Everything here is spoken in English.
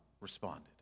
responded